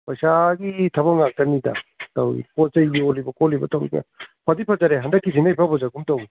ꯄꯩꯁꯥꯒꯤ ꯊꯕꯛ ꯉꯥꯛꯇꯅꯤꯗ ꯇꯧꯔꯤ ꯄꯣꯠ ꯆꯩ ꯌꯣꯜꯂꯤꯕ ꯈꯣꯠꯂꯤꯕ ꯇꯧꯔꯤ ꯃꯌꯥꯝ ꯐꯗꯤ ꯐꯖꯔꯦ ꯍꯟꯗꯛꯀꯤꯁꯤꯅ ꯏꯐ ꯐꯖꯒꯨꯝ ꯇꯧꯏ